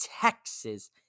Texas